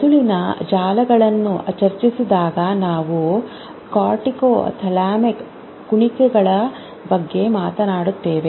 ಮೆದುಳಿನ ಜಾಲಗಳನ್ನು ಚರ್ಚಿಸಿದಾಗ ನಾವು ಕಾರ್ಟಿಕೊ ಥಾಲಾಮಿಕ್ ಕುಣಿಕೆಗಳ ಬಗ್ಗೆ ಮಾತನಾಡುತ್ತೇವೆ